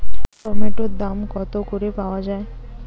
টমেটোর দাম কত করে পাওয়া যায়?